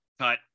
cut